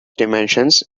dimensions